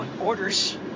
orders